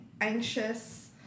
anxious